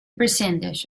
percentage